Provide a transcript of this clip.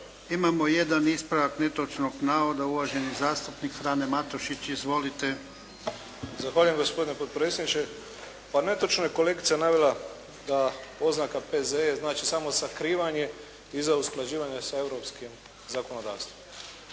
Imamo jedan ispravak netočnog navoda, uvaženi zastupnik Frano Matušić. Izvolite. **Matušić, Frano (HDZ)** Zahvaljujem gospodine potpredsjedniče. Pa netočno je kolegica navela da oznaka P.Z.E. znači samo sakrivanje iza usklađivanja sa europskim zakonodavstvom.